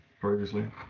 previously